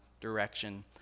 direction